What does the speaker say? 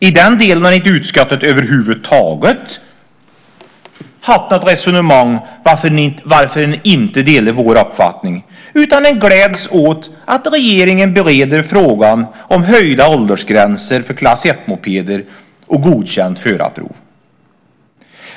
I den delen har utskottet över huvud taget inte fört något resonemang om varför man inte delar vår uppfattning, utan man gläds åt att regeringen bereder frågan om höjda åldersgränser för klass 1-mopeder och godkänt förarprov.